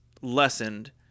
lessened